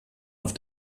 auf